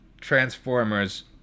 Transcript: Transformers